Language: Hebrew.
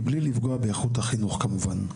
מבלי לפגוע באיכות החינוך כמובן.